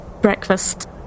breakfast